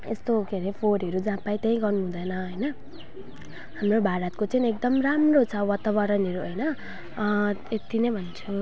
यस्तो के अरे फोहोरहरू जहाँ पायो त्यहीँ गर्नुहुँदैन होइन हाम्रो भारतको चाहिँ एकदम राम्रो छ वातावरणहरू होइन यति नै भन्छु